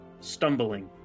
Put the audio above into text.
stumbling